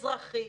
אזרחי,